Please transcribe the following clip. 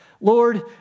Lord